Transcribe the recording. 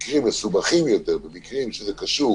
ובמקרים מסובכים יותר, במקרים שזה תלוי